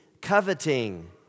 coveting